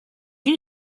you